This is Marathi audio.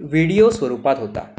व्हिडिओ स्वरूपात होता